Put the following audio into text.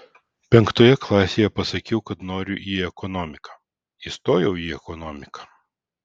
penktoje klasėje pasakiau kad noriu į ekonomiką įstojau į ekonomiką